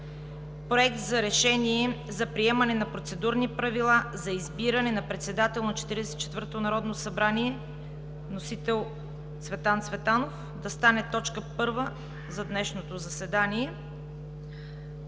Проект за решение за приемане на процедурни правила за избиране на председател на 44-то Народно събрание, вносител – Цветан Цветанов, да стане точка първа за днешното заседание.